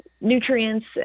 Nutrients